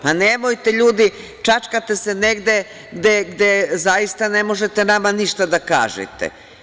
Pa, nemojte ljudi, čačkate se negde gde zaista nama ne možete ništa da kažete.